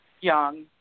young